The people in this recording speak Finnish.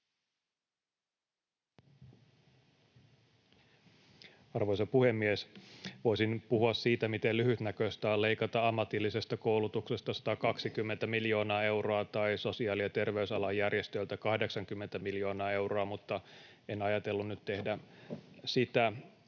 Arvoisa puhemies! Voisin puhua siitä, miten lyhytnäköistä on leikata ammatillisesta koulutuksesta 120 miljoonaa euroa tai sosiaali- ja terveysalan järjestöiltä 80 miljoonaa euroa, mutta en ajatellut nyt tehdä sitä.